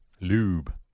Lube